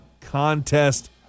contest